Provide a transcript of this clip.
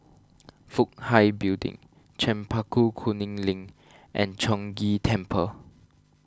Fook Hai Building Chempaka Kuning Link and Chong Ghee Temple